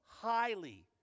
highly